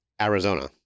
Arizona